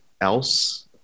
else